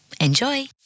Enjoy